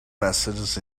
messages